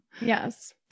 Yes